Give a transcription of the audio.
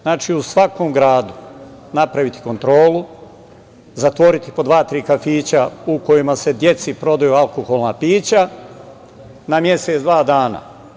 Znači, u svakom gradu napraviti kontrolu, zatvoriti po dva-tri kafića u kojima se deci prodaju alkoholna pića na mesec-dva dana.